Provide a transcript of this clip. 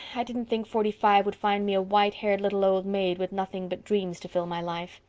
i didn't think forty-five would find me a white-haired little old maid with nothing but dreams to fill my life.